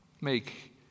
Make